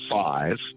five